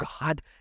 God